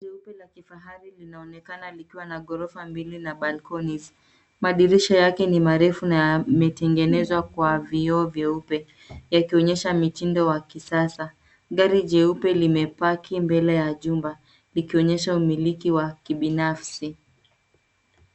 Jumba jeupe linaonekana likiwa na ghorofa mbili na balkoni. Madirisha yake ni marefu na yametengenezwa kwa vioo vyeupe yakionyesha mtindo wa kisasa ,gari jeupe limepaki mbele ya jumba likionyesha umiliki wa binafsi.